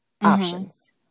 options